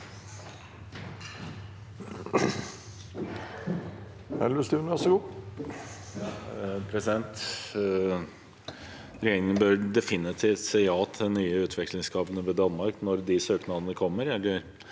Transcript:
Regjeringen bør defi- nitivt si ja til de nye utvekslingskablene med Danmark, når de søknadene kommer.